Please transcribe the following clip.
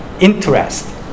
interest